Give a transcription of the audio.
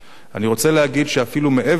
אני רוצה להגיד שאפילו מעבר לזה,